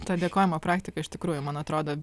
ta dėkojimo praktika iš tikrųjų man atrodo